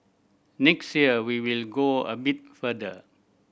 next year we will go a bit further